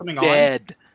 dead